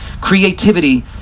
creativity